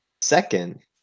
second